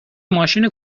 ماشین